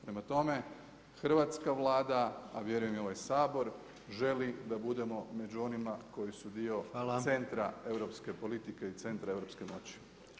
Prema tome, hrvatska Vlada vjerujem i ovaj Sabor želi da budemo među onima koji su dio centra europske politike i centra europske moći.